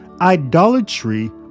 idolatry